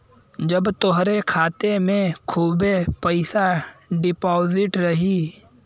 जब तोहरे खाते मे खूबे पइसा डिपोज़िट रही